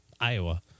Iowa